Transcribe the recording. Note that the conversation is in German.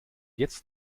jetzt